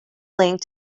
linked